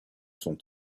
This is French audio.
son